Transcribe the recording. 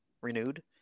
renewed